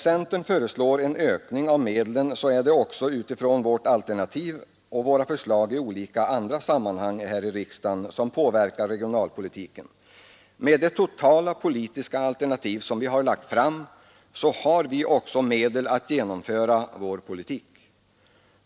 centern föreslår en ökning av medlen gör vi också det med utgångspunkt i våra alternativ och förslag i olika andra sammanhang här i riksdagen, vilka påverkar regionalpolitiken. Med det totala politiska alternativ som vi har lagt fram har vi medel att genomföra vår politik.